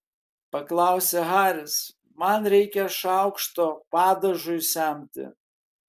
paklausė haris man reikia šaukšto padažui semti